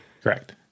Correct